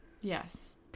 Yes